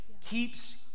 keeps